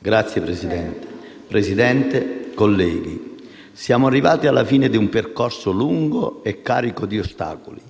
RI))*. Signora Presidente, colleghi, siamo arrivati alla fine di un percorso lungo e carico di ostacoli,